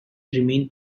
remain